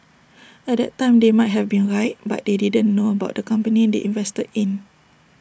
at that time they might have been right but they didn't know about the company they invested in